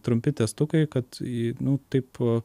trumpi testukai kad nu taip